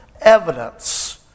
evidence